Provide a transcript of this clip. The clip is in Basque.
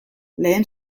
lehen